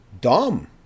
dumb